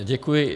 Děkuji.